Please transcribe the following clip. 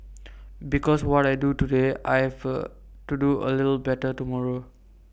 because what I do today I have A to do A little better tomorrow